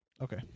Okay